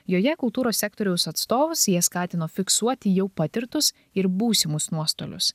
joje kultūros sektoriaus atstovus jie skatino fiksuoti jau patirtus ir būsimus nuostolius